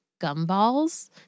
gumballs